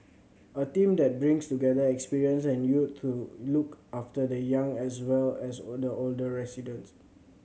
a team that brings together experience and youth to look after the young as well as older older residents